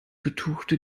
betuchte